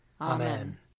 Amen